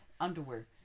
underwear